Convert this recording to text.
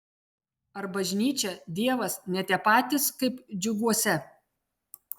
ar bažnyčia dievas ne tie patys kaip džiuguose